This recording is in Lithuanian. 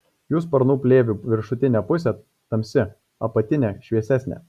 jų sparnų plėvių viršutinė pusė tamsi apatinė šviesesnė